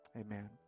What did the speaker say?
amen